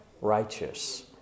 righteous